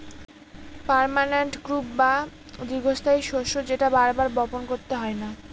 permanent crop বা দীর্ঘস্থায়ী শস্য যেটা বার বার বপন করতে হয় না